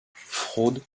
fraude